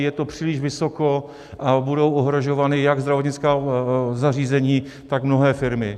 Je to příliš vysoko a budou ohrožována jak zdravotnická zařízení, tak mnohé firmy.